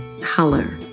color